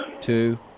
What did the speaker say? two